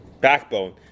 backbone